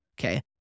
Okay